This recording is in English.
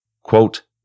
quote